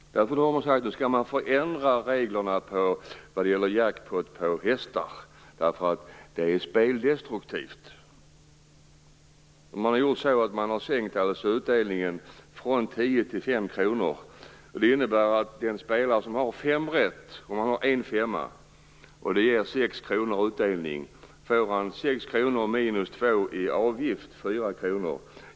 Det har sagts att reglerna vad gäller jackpot på hästar skall förändras därför att det är speldestruktivt. Utdelningen har alltså sänkts från 10 kr till 5 kr. Det innebär att en spelare som har fem rätt med 6 kr i utdelning får 6 kr minus 2 kr i avgift, dvs. 4 kr.